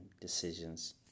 decisions